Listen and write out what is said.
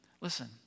Listen